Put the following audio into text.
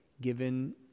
given